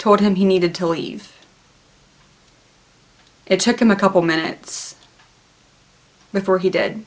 told him he needed to leave it took him a couple minutes before he did